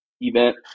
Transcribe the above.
event